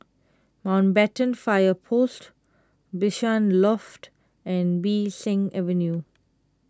Mountbatten Fire Post Bishan Loft and Bee San Avenue